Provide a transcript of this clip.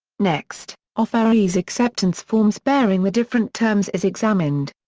next, offeree's acceptance forms bearing the different terms is examined.